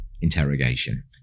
interrogation